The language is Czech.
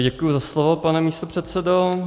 Děkuju za slovo, pane místopředsedo.